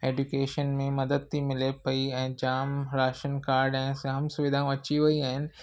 education में मदद थी मिले पई ऐं जामु राशन कार्ड ऐं जामु सुविधाऊं अची वेई आहिनि